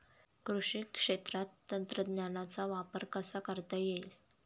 कृषी क्षेत्रात तंत्रज्ञानाचा वापर कसा करता येईल?